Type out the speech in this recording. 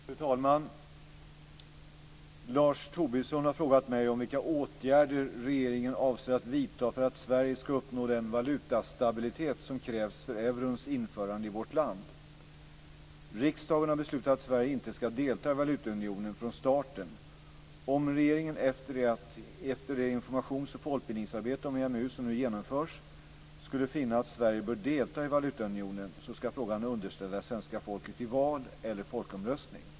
Fru talman! Lars Tobisson har frågat mig om vilka åtgärder regeringen avser att vidta för att Sverige ska uppnå den valutastabilitet som krävs för eurons införande i vårt land. Riksdagen har beslutat att Sverige inte ska delta i valutaunionen från starten. Om regeringen, efter det informations och folkbildningsarbete om EMU som nu genomförs, skulle finna att Sverige bör delta i valutaunionen så ska frågan underställas svenska folket i val eller folkomröstning.